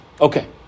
Okay